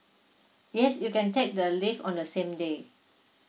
yes you can take the leave on the same day